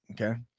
Okay